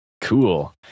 Cool